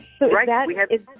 Right